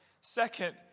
Second